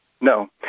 No